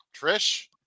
Trish